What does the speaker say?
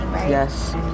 Yes